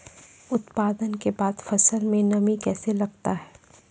उत्पादन के बाद फसल मे नमी कैसे लगता हैं?